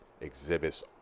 exhibits